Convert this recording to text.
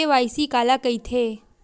KYC काला कइथे?